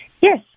Yes